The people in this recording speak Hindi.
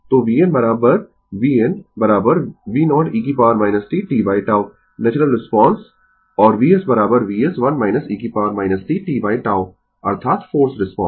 तो vn vn v0e t tτ natural response और Vs Vs 1 e t tτ अर्थात फोर्स्ड रिस्पांस